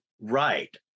right